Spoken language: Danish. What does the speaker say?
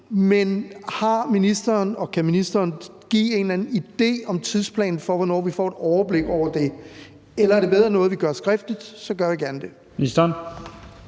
men har ministeren en eller anden idé om tidsplanen for, hvornår vi får et overblik over det? Eller er det bedre, at vi gør det skriftligt, for så gør vi gerne det.